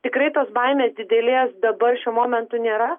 tikrai tos baimės didelės dabar šiuo momentu nėra